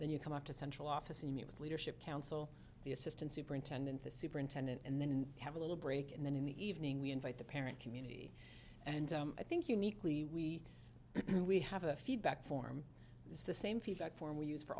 then you come up to central office and meet with leadership council the assistant superintendent the superintendent and then have a little break and then in the evening we invite the parent community and i think uniquely we we have a feedback form is the same feedback form we use for